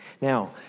Now